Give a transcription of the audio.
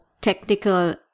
technical